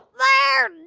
they're